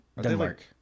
Denmark